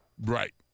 Right